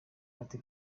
ati